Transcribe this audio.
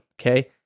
Okay